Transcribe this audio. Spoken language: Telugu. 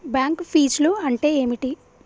బ్యాంక్ ఫీజ్లు అంటే ఏమిటి?